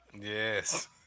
Yes